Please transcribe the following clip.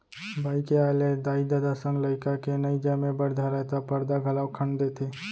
बाई के आय ले दाई ददा संग लइका के नइ जमे बर धरय त परदा घलौक खंड़ देथे